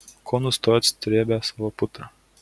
ko nustojot srėbę savo putrą